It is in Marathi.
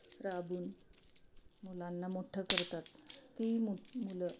राबून मुलांना मोठं करतात ती मु मुलं